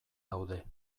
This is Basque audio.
daude